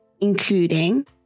including